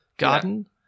garden